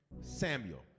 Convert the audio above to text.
Samuel